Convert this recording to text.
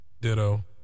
Ditto